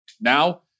Now